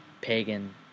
pagan